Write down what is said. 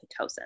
Pitocin